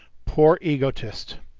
poor egotist!